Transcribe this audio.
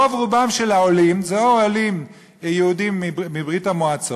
רוב-רובם של העולים זה או עולים יהודים מברית-המועצות,